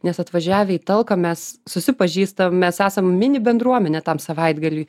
nes atvažiavę į talką mes susipažįstam mes esam mini bendruomenė tam savaitgaliui